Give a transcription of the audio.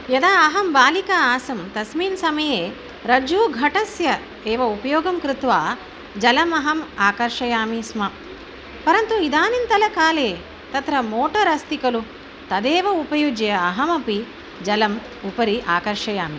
यदा अहं बालिका आसं तस्मिन् समये रज्जुघटकस्य एव उपयोगं कृत्वा जलमहम् आकर्षयामि स्म परन्तु इदानींतनकाले तत्र मोटर् अस्ति खलु तदेव उपयुज्य अहमपि जलम् उपरि आकर्षयामि